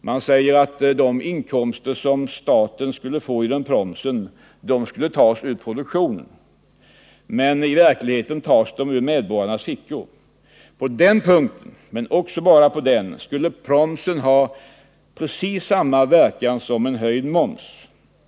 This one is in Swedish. Man säger att de inkomster som staten skulle få genom promsen skulle tas ur produktionen. Men i verkligheten tas de ur medborgarnas fickor. På den punkten — men också bara på den — skulle promsen ha precis samma verkan som en höjd moms.